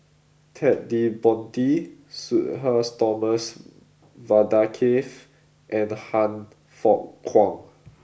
Ted De Ponti Sudhir Thomas Vadaketh and Han Fook Kwang